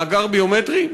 מאגר ביומטרי?